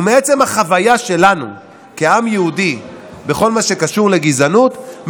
ומעצם החוויה שלנו כעם היהודי בכל מה שקשור לגזענות,